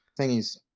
thingies